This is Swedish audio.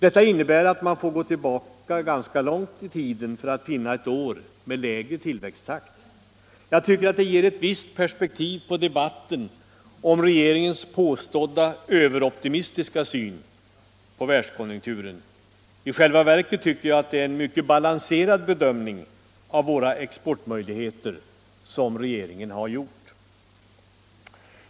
Detta innebär att vi får gå ganska långt tillbaka i tiden för att finna ett år med lägre tillväxttakt. Jag tycker att det ger ett visst perspektiv på debatten om regeringens påstådda överoptimistiska syn på världskonjunkturen. I själva verket tycker jag att det är en mycket balanserad bedömning av våra exportmöjligheter som regeringen har gjort.